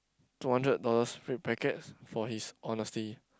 two hundred dollars red packet for his honesty